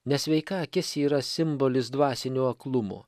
nesveika akis yra simbolis dvasinio aklumo